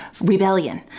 rebellion